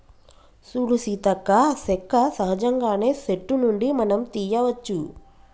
సూడు సీతక్క సెక్క సహజంగానే సెట్టు నుండి మనం తీయ్యవచ్చు